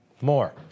More